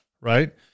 right